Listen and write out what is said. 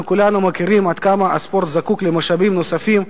אנחנו כולנו יודעים עד כמה הספורט זקוק למשאבים נוספים.